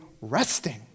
resting